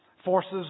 forces